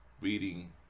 reading